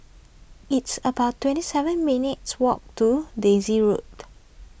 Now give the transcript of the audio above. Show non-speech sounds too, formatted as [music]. it's about twenty seven minutes' walk to Daisy Road [noise]